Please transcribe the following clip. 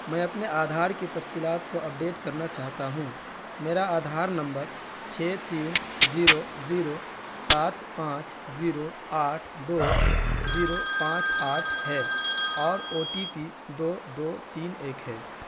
میں اپنے آدھار کی تفصیلات کو اپڈیٹ کرنا چاہتا ہوں میرا آدھار نمبر چھ تین زیرو زیرو سات پانچ زیرو آٹھ دو زیرو پانچ آٹھ ہے اور او ٹی پی دو دو تین ایک ہے